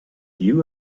you